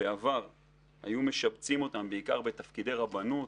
בעבר היו משבצים אותם בעיקר בתפקידי רבנות,